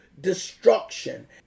destruction